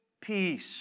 peace